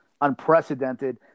unprecedented